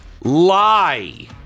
lie